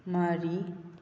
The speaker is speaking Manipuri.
ꯃꯔꯤ